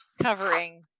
covering